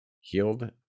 healed